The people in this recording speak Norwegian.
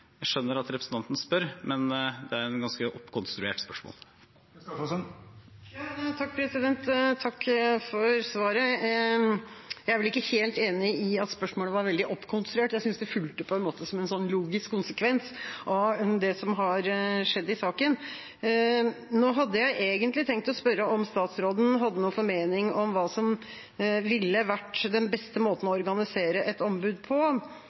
enig i at spørsmålet var veldig oppkonstruert. Jeg synes det fulgte på en måte som var en logisk konsekvens av det som har skjedd i saken. Nå hadde jeg egentlig tenkt å spørre om statsråden hadde noen formening om hva som ville vært den beste måten å organisere et ombud på,